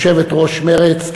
יושבת-ראש מרצ,